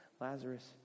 lazarus